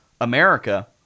America